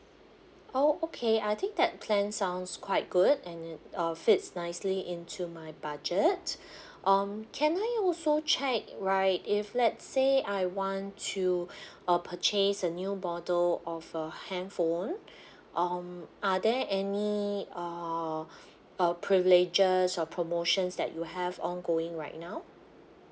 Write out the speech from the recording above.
oh okay I think that plan sounds quite good and then uh fits nicely into my budget um can I also check right if let's say I want to uh purchase a new model of a handphone um are there any uh uh privileges or promotions that you have ongoing right now